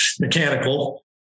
mechanical